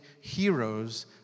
heroes